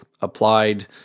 applied